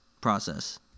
process